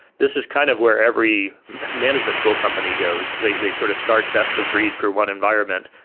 this is kind of where every management tool company goes. they they sort of start best-of-breed for one environment,